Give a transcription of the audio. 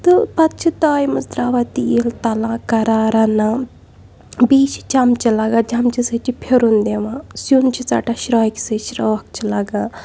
تہٕ پَتہٕ چھِ تایہِ منٛز تراوان تیٖل تَلان کَران رَنان بیٚیہِ چھِ چَمچہٕ لَگان چَمچہِ سۭتۍ چھِ پھیرُن دِوان سیُن چھُ ژَٹان شراکہِ سۭتۍ شراکھ چھِ لَگان